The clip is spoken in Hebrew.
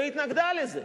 והיא התנגדה לזה.